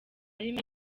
arimo